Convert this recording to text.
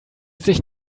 sich